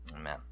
Amen